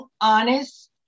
honest